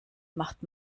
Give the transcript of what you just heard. macht